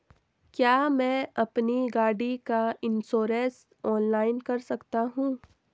क्या मैं अपनी गाड़ी का इन्श्योरेंस ऑनलाइन कर सकता हूँ?